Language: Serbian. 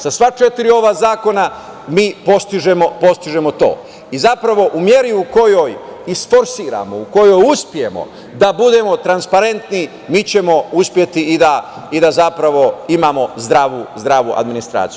Sa sva četiri ova zakona mi postižemo to i zapravo u meri u kojoj isforsiramo, u kojoj uspemo da budemo transparentni mi ćemo uspeti i da zapravo imamo zdravu administraciju.